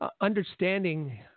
understanding